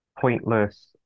pointless